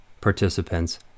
participants